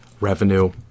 revenue